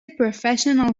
professional